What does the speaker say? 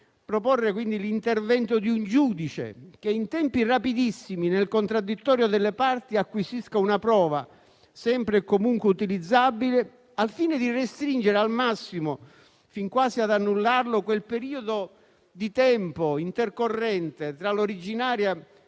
dei cittadini, l'intervento di un giudice che, in tempi rapidissimi, nel contraddittorio delle parti, acquisisca una prova, sempre e comunque utilizzabile, al fine di restringere al massimo, fin quasi ad annullarlo, quel periodo di tempo intercorrente tra l'originaria